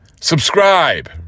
subscribe